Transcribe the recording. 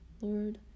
Lord